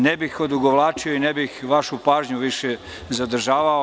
Ne bih odugovlačio i ne bih vašu pažnju više zadržavao.